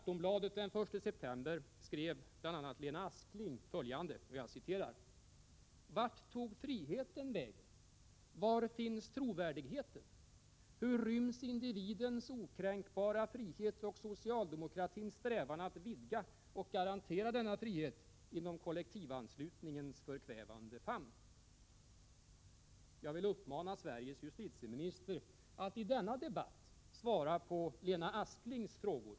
T. ex. skrev Lena Askling följande i Aftonbladet den 1 september: Var finns trovärdigheten? Hur ryms individens okränkbara frihet och socialdemokratins strävan att vidga och garantera denna frihet, inom kollektivanslutningens förkvävande famn?” Jag vill uppmana Sveriges justitieminister att i denna debatt svara på Lena Asklings frågor.